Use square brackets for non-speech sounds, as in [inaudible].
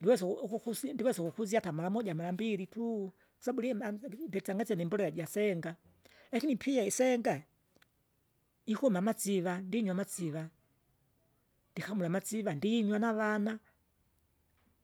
Diwesa u- ukukusi ndiwesa ukukuzia hata maramoja marambili tu, kwasabu lwima [hesitation] ndisangasye nimbombolea jasenga. Laki pia isenga! jikuma amasiva ndinywa amasiva, ndikamula amasiva ndinywa navana,